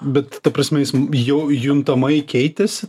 bet ta prasme jis jau juntamai keitėsi